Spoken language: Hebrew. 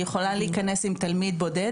היא יכולה להיכנס עם תלמיד בודד,